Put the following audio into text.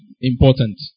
important